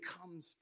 comes